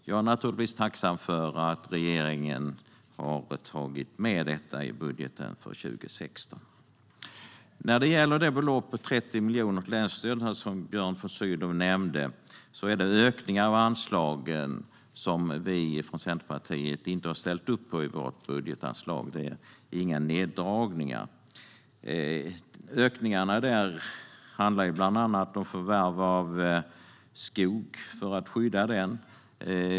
Jag är givetvis tacksam för att regeringen har tagit med detta i budgeten för 2016. När det gäller beloppet på 30 miljoner till länsstyrelserna som Björn von Sydow nämnde är det en ökning av anslagen som Centerpartiet inte ställer upp på i sitt budgetförslag. Det är inga neddragningar. Ökningarna gäller bland annat förvärv av skog för att skydda den.